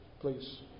please